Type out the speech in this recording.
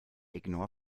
ignore